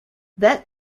that